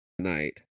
tonight